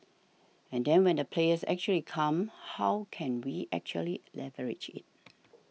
and then when the players actually come how can we actually leverage it